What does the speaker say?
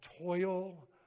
toil